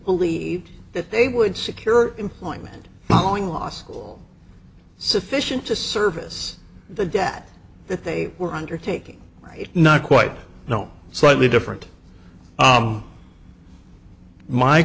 believe that they would secure employment knowing law school sufficient to service the debt that they were undertaking right not quite you know slightly different